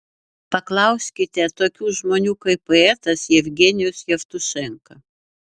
paklauskite tokių žmonių kaip poetas jevgenijus jevtušenka